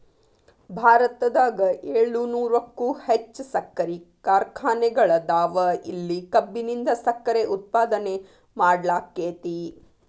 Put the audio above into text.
ಭಾರತದಾಗ ಏಳುನೂರಕ್ಕು ಹೆಚ್ಚ್ ಸಕ್ಕರಿ ಕಾರ್ಖಾನೆಗಳದಾವ, ಇಲ್ಲಿ ಕಬ್ಬಿನಿಂದ ಸಕ್ಕರೆ ಉತ್ಪಾದನೆ ಮಾಡ್ಲಾಕ್ಕೆತಿ